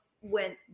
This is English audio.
went